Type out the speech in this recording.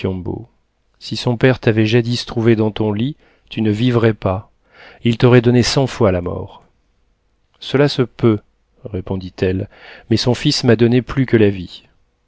si son père t'avait jadis trouvée dans ton lit tu ne vivrais pas il t'aurait donné cent fois la mort cela se peut répondit-elle mais son fils m'a donné plus que la vie